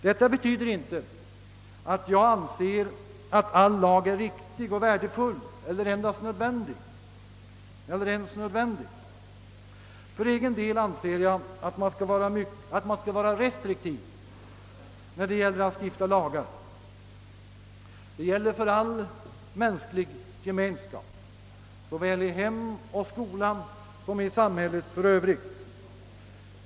Detta betyder emellertid inte att jag anser all lag vara riktig och värdefull — eller ens nödvändig. För egen del anser jag att man skall vara restriktiv när man stiftar lagar. Detta gäller för all mänsklig gemenskap, i hem och skola som i samhället för övrigt.